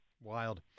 Wild